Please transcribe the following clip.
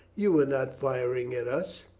you were not firing at us.